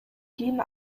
кийин